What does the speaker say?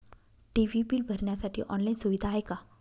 TV bill भरण्यासाठी online सुविधा आहे का?